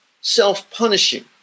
self-punishing